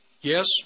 Yes